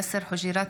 יאסר חוג'יראת,